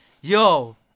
Yo